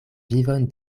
vivon